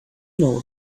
know